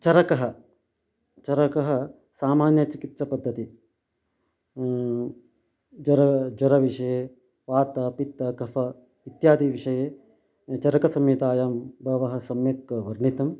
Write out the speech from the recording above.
चरकः चरकः सामान्यचिकित्सपद्धतिः ज्वरः ज्वरविषये वात पित्त कफ इत्यादिविषये चरकसंहितायां बहवः सम्यक् वर्णितम्